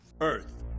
Earth